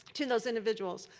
to those individuals.